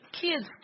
kids